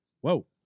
Whoa